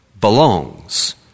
belongs